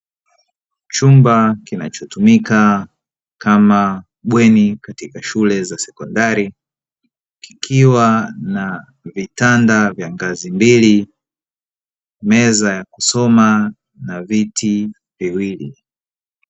Chumba kinachotumika kama bweni katika shule za sekondari, kikiwa na vitanda vya ngazi mbili, meza ya kusoma, na viti viwili.